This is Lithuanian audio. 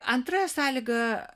antrą sąlygą